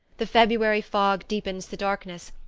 the february fog deepens the darkness,